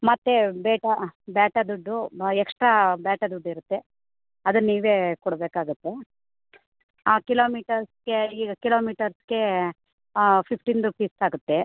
ಮತ್ತೆ ಬೇಗ ಬ್ಯಾಟ ದುಡ್ಡು ಎಕ್ಸ್ಟ್ರಾ ಬ್ಯಾಟ ದುಡ್ಡು ಇರುತ್ತೆ ಅದು ನೀವೇ ಕೊಡಬೇಕಾಗತ್ತೆ ಆ ಕಿಲೋಮೀಟರ್ಸ್ಗೆ ಈಗ ಕಿಲೋಮೀಟರ್ಗೆ ಫಿಫ್ಟಿನ್ ರುಪೀಸ್ ಆಗುತ್ತೆ